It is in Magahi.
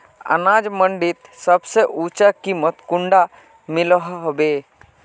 अनाज मंडीत सबसे ऊँचा कीमत कुंडा मिलोहो होबे?